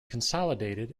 consolidated